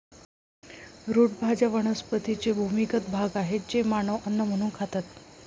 route भाज्या वनस्पतींचे भूमिगत भाग आहेत जे मानव अन्न म्हणून खातात